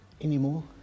anymore